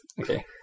okay